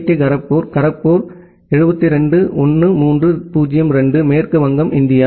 D Kharagpur Kharagpur 721302 மேற்கு வங்கம் India